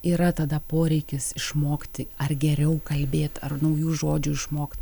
yra tada poreikis išmokti ar geriau kalbėt ar naujų žodžių išmokt